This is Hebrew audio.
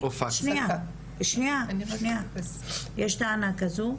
יש טענה כזו?